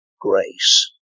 grace